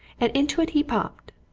and into it he popped.